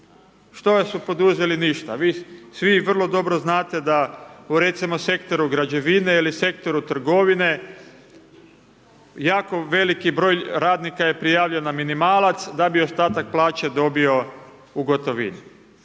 Što su poduzeli? Ništa. Vi svi vrlo dobro znate da u recimo sektoru građevine ili sektoru trgovine jako veliki broj radnika je prijavljen na minimalac da bi ostatak plaće dobio u gotovini.